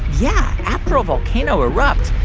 yeah. after a volcano erupts,